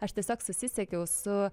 aš tiesiog susisiekiau su